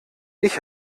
ich